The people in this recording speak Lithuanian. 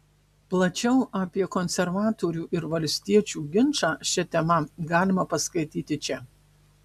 plačiau apie konservatorių ir valstiečių ginčą šia tema galima paskaityti čia